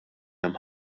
hemm